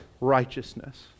righteousness